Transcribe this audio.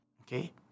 okay